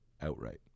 outright